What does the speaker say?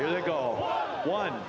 really go one